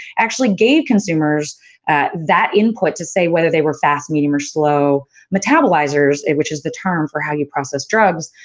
actually gave consumers that input to say whether they were fast, medium, or slow metabolizers, which is the term for how you process drugs.